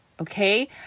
Okay